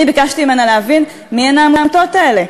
אני ביקשתי ממנה להבין מי הן העמותות האלה.